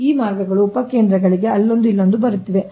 ಈ ಮಾರ್ಗಗಳು ಉಪ ಕೇಂದ್ರಗಳಿಗೆ ಅಲ್ಲೊಂದು ಇಲ್ಲೊಂದು ಬರುತ್ತಿವೆ